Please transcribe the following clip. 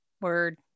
Word